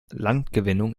landgewinnung